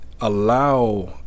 allow